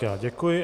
Já děkuji.